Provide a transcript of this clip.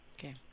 Okay